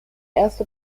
erste